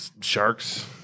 Sharks